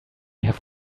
have